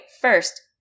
First